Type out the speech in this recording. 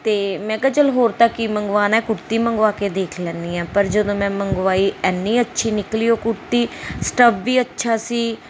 ਅਤੇ ਮੈਂ ਕਿਹਾ ਚੱਲ ਹੋਰ ਤਾਂ ਕੀ ਮੰਗਵਾਉਣਾ ਕੁੜਤੀ ਮੰਗਵਾ ਕੇ ਦੇਖ ਲੈਨੀ ਹਾਂ ਪਰ ਜਦੋਂ ਮੈਂ ਮੰਗਵਾਈ ਇੰਨੀ ਅੱਛੀ ਨਿਕਲੀ ਉਹ ਕੁੜਤੀ ਸਟੱਫ ਵੀ ਅੱਛਾ ਸੀ